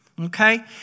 Okay